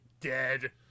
dead